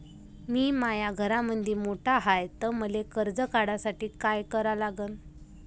मी माया घरामंदी मोठा हाय त मले कर्ज काढासाठी काय करा लागन?